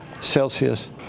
Celsius